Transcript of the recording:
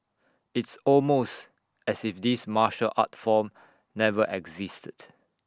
it's almost as if this martial art form never existed